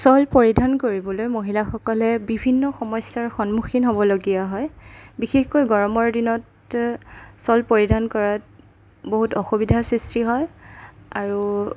shawl পৰিধান কৰিবলৈ মহিলাসকলে বিভিন্ন সমস্যাৰ সন্মুখীন হ'বলগীয়া হয় বিশেষকৈ গৰমৰ দিনত শ্ব'ল পৰিধান কৰাত বহুত অসুবিধাৰ সৃষ্টি হয় আৰু